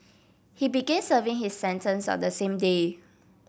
he began serving his sentence on the same day